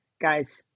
guy's